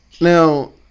Now